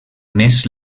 més